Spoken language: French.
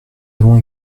avons